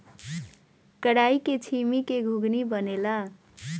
कराई के छीमी के घुघनी बनेला